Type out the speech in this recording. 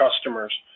customers